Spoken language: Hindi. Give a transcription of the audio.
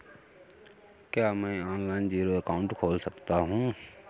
क्या मैं ऑनलाइन जीरो अकाउंट खोल सकता हूँ?